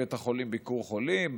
בית החולים ביקור חולים,